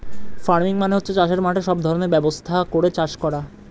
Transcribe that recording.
farming মানে হচ্ছে চাষের মাঠে সব ধরনের ব্যবস্থা করে চাষ করা